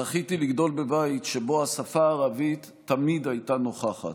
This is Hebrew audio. זכיתי לגדול בבית שבו השפה הערבית תמיד הייתה נוכחת.